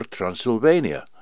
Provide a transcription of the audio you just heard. Transylvania